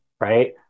right